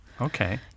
Okay